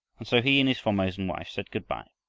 and so he and his formosan wife said good-by,